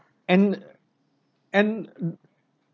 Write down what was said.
and and